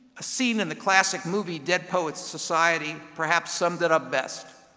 a scene in the classic movie dead poets society perhaps summed it up best.